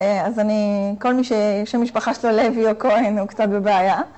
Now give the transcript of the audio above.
אז אני, כל מי ששם משפחה שלו לוי או כהן הוא קצת בבעיה.